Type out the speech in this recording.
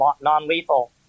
non-lethal